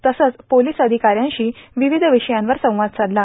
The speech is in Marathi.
तसंच पोलीस अधिकाऱ्यांशी विविध विषयांवर संवाद साधला